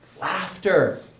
laughter